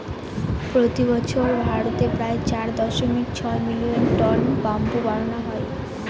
প্রতি বছর ভারতে প্রায় চার দশমিক ছয় মিলিয়ন টন ব্যাম্বু বানানো হয়